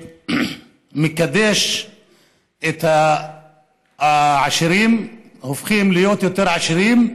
שמקדש את העשירים, שהופכים להיות יותר עשירים,